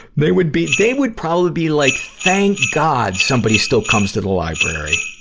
they would be, they would probably be like, thank god somebody still comes to the library!